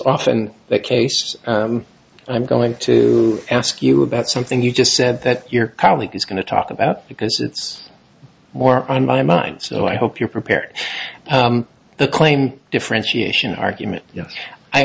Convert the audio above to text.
often the case i'm going to ask you about something you just said that your colleague is going to talk about because it's more on my mind so i hope you're prepared the claimed differentiation argument y